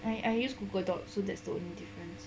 I I use Google doc so thats the difference